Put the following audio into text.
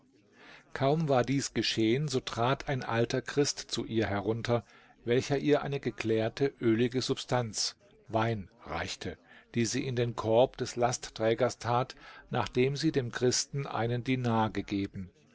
kaum war dies geschehen so trat ein alter christ zu ihr herunter welcher ihr eine geklärte ölige substanz wein reichte die sie in den korb des lastträgers tat nachdem sie dem christen einen dinar gegeben